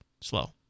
slow